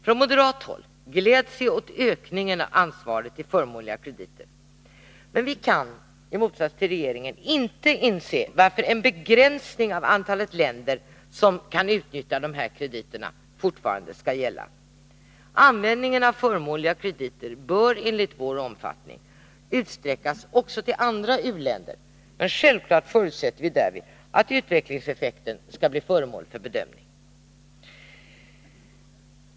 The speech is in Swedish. Från moderat håll gläds vi åt ökningen av anslaget till förmånliga krediter, men vi kan i motsats till regeringen inte inse varför en begränsning av antalet länder som kan utnyttja dessa krediter fortfarande skall gälla. Användningen av förmånliga krediter bör enligt vår uppfattning utsträckas också till andra u-länder. Självfallet förutsätter vi därvid att utvecklingseffekten blir föremål för bedömning.